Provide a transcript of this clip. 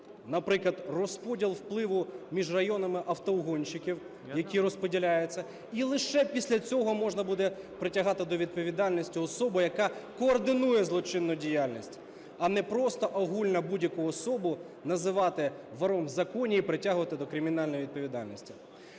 Наприклад, розподіл впливу між районами автоугонщиків, які розподіляються, і лише після цього можна буде притягати до відповідальності особу, яка координує злочинну діяльність, а не просто огульно будь-яку особу називати "вором в законі" і притягувати до кримінальної відповідальності.